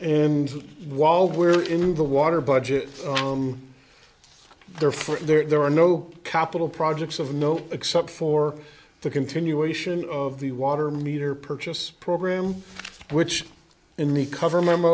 and while we're in the water budget therefore there are no capital projects of note except for the continuation of the water meter purchase program which in the cover m